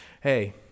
hey